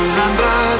Remember